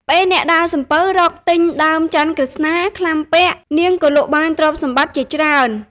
ពេលអ្នកដើរសំពៅរកទិញដើមច័ន្ទន៍ក្រឹស្នា ក្លាំពាក់ នាងក៏លក់បានទ្រព្យសម្បត្តិជាច្រើន។